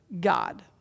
God